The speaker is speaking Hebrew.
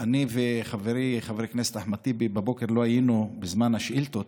אני וחברי חבר הכנסת אחמד טיבי בבוקר לא היינו בזמן השאילתות,